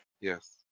Yes